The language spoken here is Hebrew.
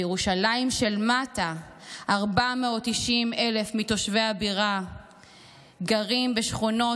בירושלים של מטה 490,000 מתושבי הבירה גרים בשכונות